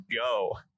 go